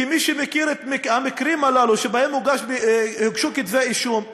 כמי שמכיר את המקרים הללו שבהם הוגשו כתבי אישום,